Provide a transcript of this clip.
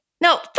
No